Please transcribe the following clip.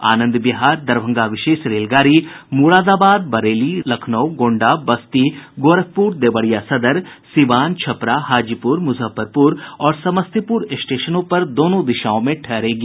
आनंद विहार दरभंगा विशेष रेलगाड़ी मुरादाबाद बरेली लखनऊ गोंडा बस्ती गोरखपुर देवरिया सदर सीवान छपरा हाजीपुर मुजफ्फरपुर और समस्तीपुर स्टेशनों पर दोनों दिशाओं में ठहरेगी